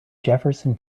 jefferson